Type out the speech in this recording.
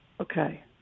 Okay